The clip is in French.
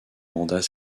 mandat